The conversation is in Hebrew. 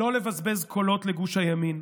לא לבזבז קולות לגוש הימין,